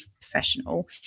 professional